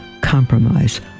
compromise